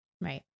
right